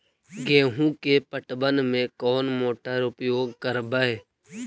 गेंहू के पटवन में कौन मोटर उपयोग करवय?